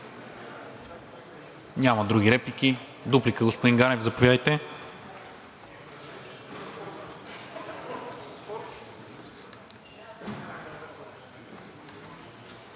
Няма други реплики. Дуплика – господин Ганев, заповядайте.